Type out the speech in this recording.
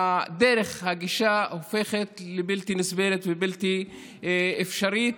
דרך הגישה הופכת לבלתי נסבלת ובלתי אפשרית,